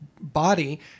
body